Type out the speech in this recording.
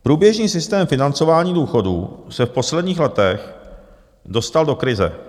Průběžný systém financování důchodů se v posledních letech dostal do krize.